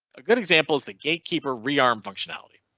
a good example is the gatekeeper rearm functionality.